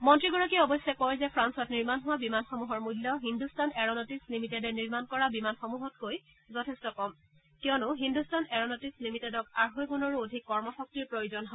মন্ত্ৰীগৰাকীয়ে অৱশ্যে কয় যে ফ্ৰালত নিৰ্মাণ হোৱা বিমানসমূহৰ মূল্য হিন্দুস্তান এৰনটিকছ লিমিটেডে নিৰ্মাণ কৰা বিমানসমূহতকৈ যথেষ্ট কম কিয়নো হিন্দুস্তান এৰনটিকছ লিমিটেডক আঢ়েগুণৰো অধিক কৰ্মশক্তিৰ প্ৰয়োজন হয়